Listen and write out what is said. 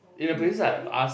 really